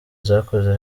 zakoze